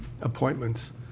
appointments